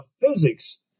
physics